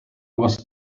was